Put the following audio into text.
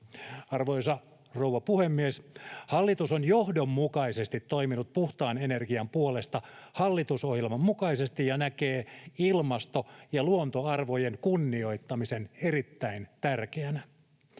Arvoisa rouva puhemies! Hallitus on johdonmukaisesti toiminut puhtaan energian puolesta hallitusohjelman mukaisesti ja näkee ilmasto- ja luontoarvojen kunnioittamisen erittäin tärkeänä.